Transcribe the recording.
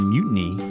Mutiny